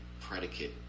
predicate